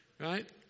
Right